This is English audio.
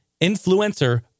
influencer